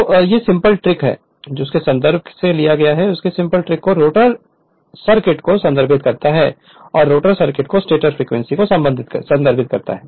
तोसिंपल trick को संदर्भित करने के लिए इस सिंपल ट्रिक को रोटर सर्किट को संदर्भित करता है रोटर सर्किट स्टेटर फ्रीक्वेंसी को संदर्भित करता है